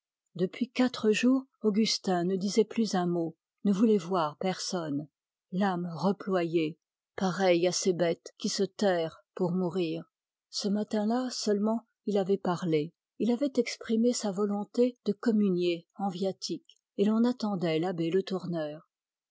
depuis quatre jours augustin ne disait plus un mot ne voulait voir personne l'âme reployée pareil à ces bêtes qui se terrent pour mourir ce matin-là seulement il avait parlé il avait exprimé sa volonté de communier en viatique et l'on attendait l'abbé le tourneur